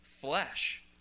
flesh